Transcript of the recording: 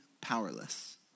powerless